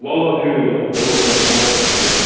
وَللہ حظ چھِ سُہ گژھان ظُلُم تۄہہِ چھَو پانَس پےَ گۄڈٕ